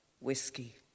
whiskey